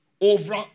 over